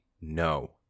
No